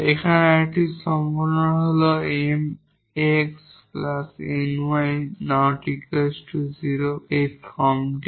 এখানে আরেকটি সম্ভাবনা হল 𝑀𝑥 𝑁𝑦 ≠ 0 এই ফর্মটি